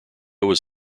was